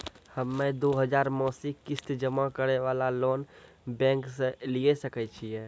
हम्मय दो हजार मासिक किस्त जमा करे वाला लोन बैंक से लिये सकय छियै की?